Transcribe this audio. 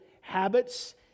habits